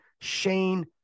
Shane